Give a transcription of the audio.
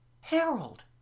Harold